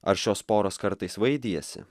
ar šios poros kartais vaidijasi